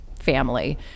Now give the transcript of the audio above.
family